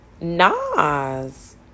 Nas